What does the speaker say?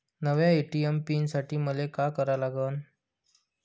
नव्या ATM PIN साठी मले का करा लागन?